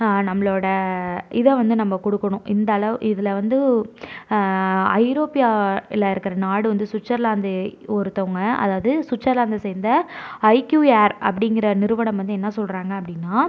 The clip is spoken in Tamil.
நம்மளோடய இதை வந்து நம்ம கொடுக்கணும் இந்தளவு இதில் வந்து ஐரோப்பியாவில் இருக்கிற நாடு வந்து ஸ்விட்சர்லாந்து ஒருத்தங்க அதாவது ஸ்விட்சர்லாந்தை சேர்ந்த ஐக்யூ ஏர் அப்படிங்கிற நிறுவனம் வந்து என்ன சொல்கிறாங்க அப்படினா